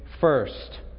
first